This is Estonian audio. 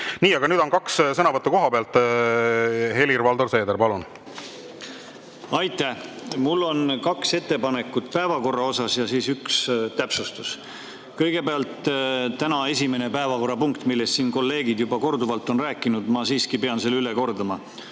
Nii, aga nüüd on kaks sõnavõttu kohapealt. Helir-Valdor Seeder, palun! Aitäh! Mul on kaks ettepanekut päevakorra kohta ja üks täpsustus. Kõigepealt, täna esimene päevakorrapunkt, millest siin kolleegid juba korduvalt on rääkinud, ma siiski pean üle kordama: